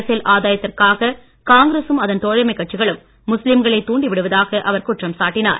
அரசியல் ஆதாயத்திற்காக காங்கிரசும் அதன் தோழமைக் கட்சிகளும் முஸ்லீம்களை தாண்டி விடுவதாக அவர் குற்றம் சாட்டினார்